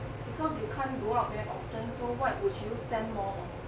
err because you can't go out very often so what would you spend more on